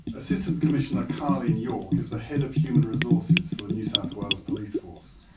assistant commissioner carlene york is the head of human resources for the new south wales police force.